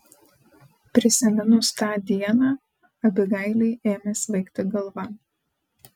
prisiminus tą dieną abigailei ėmė svaigti galva